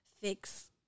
fix